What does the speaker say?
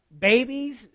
babies